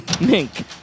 Mink